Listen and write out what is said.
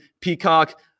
Peacock